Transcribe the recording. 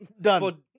Done